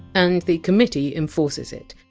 and the committee enforces it.